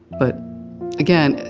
but again,